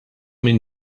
min